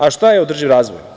A šta je održiv razvoj?